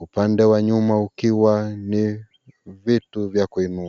upande wa nyuma ukiwa ni vitu vya kuinua.